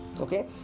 Okay